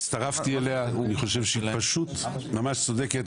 הצטרפתי אליה ואני חושב שהיא ממש צודקת.